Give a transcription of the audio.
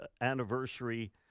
anniversary